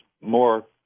more